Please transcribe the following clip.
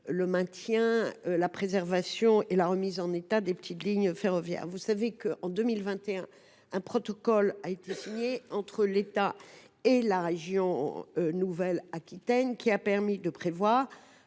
le maintien, la préservation et la remise en état des petites lignes ferroviaires. En 2021, un protocole a été signé entre l’État et la région Nouvelle Aquitaine pour déterminer